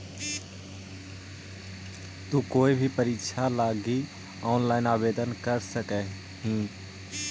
तु कोई भी परीक्षा लगी ऑनलाइन आवेदन कर सकव् हही